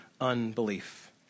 unbelief